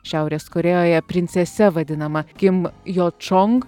šiaurės korėjoje princese vadinama kim jo čong